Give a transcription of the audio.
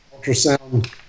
ultrasound